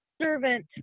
servant